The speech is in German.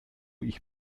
ich